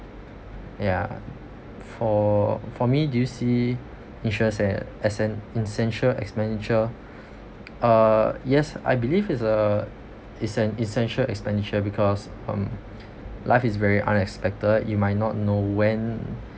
ya for for me do you see insurance a~ as an essential expenditure uh yes I believe is a essen~ essential expenditure because um life is very unexpected you might not know when